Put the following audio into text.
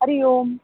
हरिः ओम्